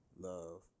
Love